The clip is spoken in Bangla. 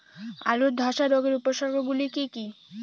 আলুর ধ্বসা রোগের উপসর্গগুলি কি কি?